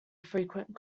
frequent